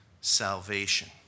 salvation